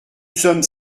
sommes